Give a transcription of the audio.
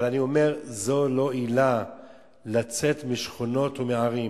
אבל אני אומר: זו לא עילה לצאת משכונות ומערים.